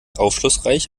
aufschlussreich